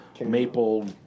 maple